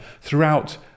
throughout